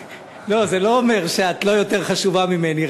לא, זה לא אומר שאת לא יותר חשובה ממני.